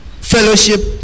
fellowship